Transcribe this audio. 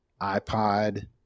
iPod